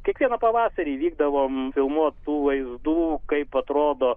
kiekvieną pavasarį vykdavom filmuot tų vaizdų kaip atrodo